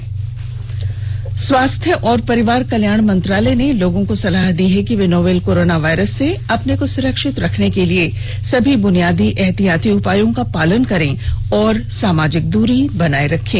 advisory स्वास्थ्य और परिवार कल्याण मंत्रालय ने लोगों को सलाह दी है कि वे नोवल कोरोना वायरस से अपने को सुरक्षित रखने के लिए सभी बुनियादी एहतियात उपायों का पालन करें और सामाजिक दूरी बनाए रखें